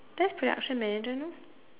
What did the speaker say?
that's production manager no